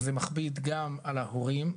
זה מכביד גם על ההורים,